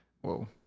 whoa